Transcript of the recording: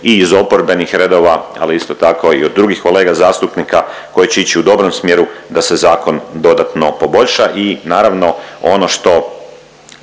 i iz oporbenih redova ali isto tako i od drugih kolega zastupnika koji će ići u dobrom smjeru da se zakon dodatno poboljša. I naravno ono što